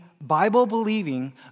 Bible-believing